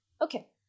Okay